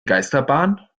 geisterbahn